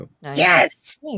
Yes